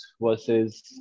versus